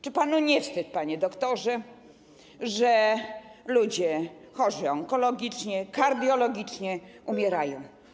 Czy panu nie wstyd, panie doktorze, że ludzie chorzy onkologicznie, kardiologicznie umierają?